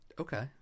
Okay